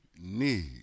need